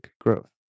growth